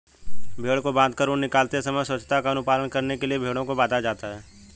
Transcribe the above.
भेंड़ को बाँधकर ऊन निकालते समय स्वच्छता का अनुपालन करने के लिए भेंड़ों को बाँधा जाता है